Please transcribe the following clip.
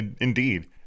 Indeed